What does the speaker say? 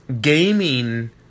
gaming